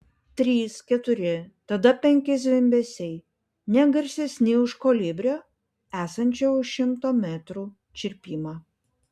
trys keturi tada penki zvimbesiai ne garsesni už kolibrio esančio už šimto metrų čirpimą